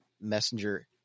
messenger